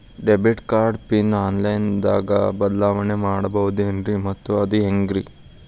Debit card pin online ದಾಗ ಬದಲಾವಣೆ ಮಾಡಬಹುದೇನ್ರಿ ಮತ್ತು ಅದು ಹೆಂಗ್ರಿ?